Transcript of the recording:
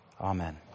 amen